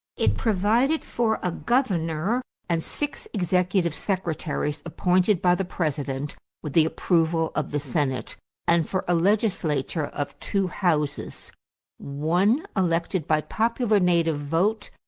it provided for a governor and six executive secretaries appointed by the president with the approval of the senate and for a legislature of two houses one elected by popular native vote,